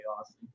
awesome